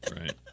Right